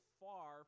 far